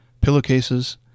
pillowcases